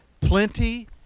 plenty